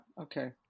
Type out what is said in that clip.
Okay